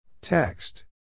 Text